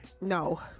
no